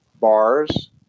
bars